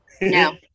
no